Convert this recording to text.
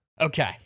Okay